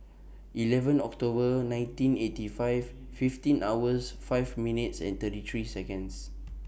eleven October nineteen eighty five fifteen hours five minutes and thirty three Seconds